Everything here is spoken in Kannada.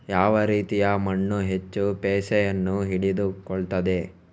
ಯಾವ ರೀತಿಯ ಮಣ್ಣು ಹೆಚ್ಚು ಪಸೆಯನ್ನು ಹಿಡಿದುಕೊಳ್ತದೆ?